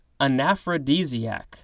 anaphrodisiac